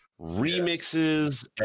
remixes